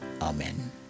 Amen